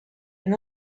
and